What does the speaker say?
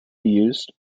used